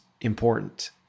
important